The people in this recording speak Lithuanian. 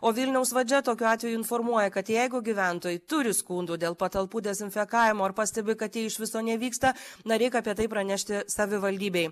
o vilniaus valdžia tokiu atveju informuoja kad jeigu gyventojai turi skundų dėl patalpų dezinfekavimo ar pastebi kad ji iš viso nevyksta na reik apie tai pranešti savivaldybei